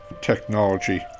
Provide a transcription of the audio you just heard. technology